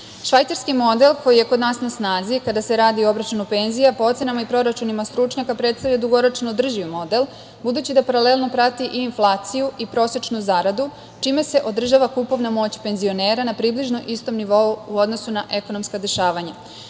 penzija. Švajcarski model koji je kod nas na snazi kada se radi o obračunu penzija, po ocenama i proračunima stručnjaka, predstavlja dugoročno održiv model, budući da paralelno prati i inflaciju i prosečnu zaradu, čime se održava kupovna moć penzionera na približno istom nivou u odnosu na ekonomska dešavanja. Iako